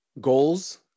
goals